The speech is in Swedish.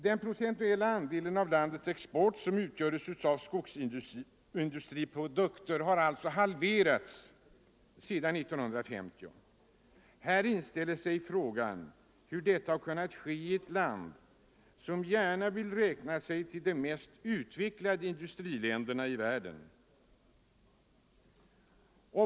Den procentuella andel av landets export som utgörs av skogsindustriprodukter har alltså halverats sedan år 1950. Här inställer sig frågan hur detta har kunnat ske i ett land som gärna vill räkna sig till de mest utvecklade industriländerna i världen.